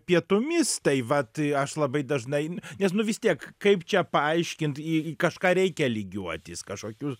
pietumis tai vat aš labai dažnai nes nu vis tiek kaip čia paaiškint į kažką reikia lygiuotis kažkokių